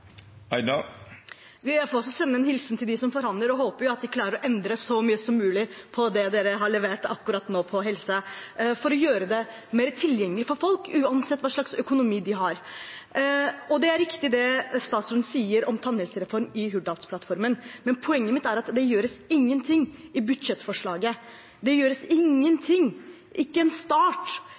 også sende en hilsen til dem som forhandler, og håper at de klarer å endre så mye som mulig på det regjeringen har levert akkurat nå på helse, for å gjøre det mer tilgjengelig for folk uansett hva slags økonomi de har. Det er riktig, det statsråden sier om tannhelsereform i Hurdalsplattformen, men poenget mitt er at det gjøres ingenting i budsjettforslaget. Det gjøres ingenting – ikke en start,